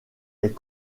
est